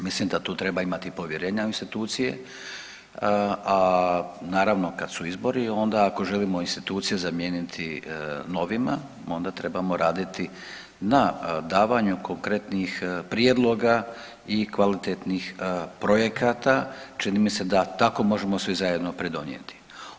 Mislim da tu treba imati povjerenja u institucije, a naravno kad su izbori onda ako želimo institucije zamijeniti novima onda trebamo raditi na davanju konkretnih prijedloga i kvalitetnih projekata čini mi se da tako možemo svi zajedno pridonijeti.